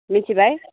मिथिबाय